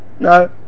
No